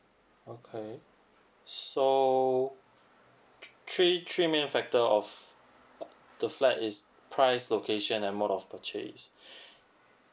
okay so three three main factor of the flat is price location and amount of purchase